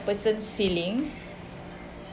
person's feeling